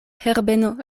herbeno